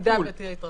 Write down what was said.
אם תהיה התרחבות.